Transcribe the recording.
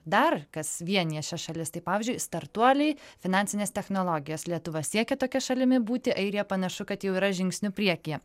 dar kas vienija šias šalis tai pavyzdžiui startuoliai finansinės technologijos lietuva siekia tokia šalimi būti airija panašu kad jau yra žingsniu priekyje